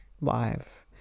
live